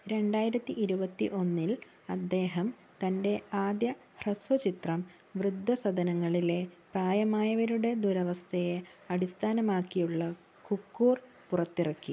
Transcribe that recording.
രണ്ടായിരത്തി ഇരുപത്തി ഒന്നിൽ അദ്ദേഹം തന്റെ ആദ്യ ഹ്രസ്വചിത്രം വൃദ്ധസദനങ്ങളിലെ പ്രായമായവരുടെ ദുരവസ്ഥയെ അടിസ്ഥാനമാക്കിയുള്ള കുക്കൂർ പുറത്തിറക്കി